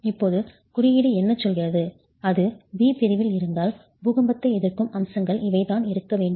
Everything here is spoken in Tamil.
இப்போது குறியீடு என்ன சொல்கிறது அது B பிரிவில் இருந்தால் பூகம்பத்தை எதிர்க்கும் அம்சங்கள் இவைதான் இருக்க வேண்டும்